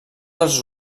els